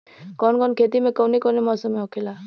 कवन कवन खेती कउने कउने मौसम में होखेला?